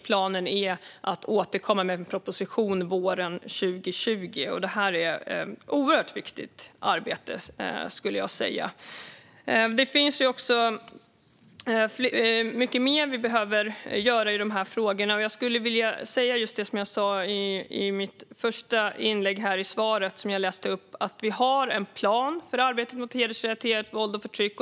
Planen är att återkomma med en proposition våren 2020. Detta är ett oerhört viktigt arbete. Det finns också mycket mer vi behöver göra i de här frågorna. Jag vill framhålla det som jag sa i svaret på interpellationen i mitt första inlägg: Vi har en plan för arbetet mot hedersrelaterat våld och förtryck.